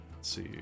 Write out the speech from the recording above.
see